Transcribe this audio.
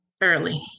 early